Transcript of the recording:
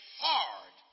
hard